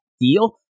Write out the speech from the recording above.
deal